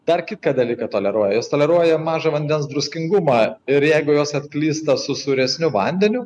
dar kitką dalyką toleruojajos toleruoja mažą vandens druskingumą ir jeigu jos atklysta su sūresniu vandeniu